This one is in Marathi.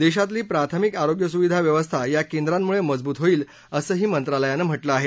देशातली प्राथमिक आरोग्यसुविधा व्यवस्था या केंद्रामुळे मजबूत होईल असही मंत्रालयानं म्ह लं आहे